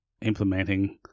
implementing